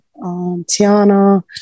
Tiana